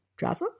Jazza